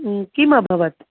किम् अभवत्